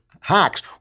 hacks